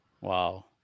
Wow